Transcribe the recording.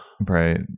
right